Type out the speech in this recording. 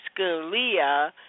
Scalia